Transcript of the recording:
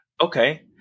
Okay